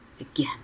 again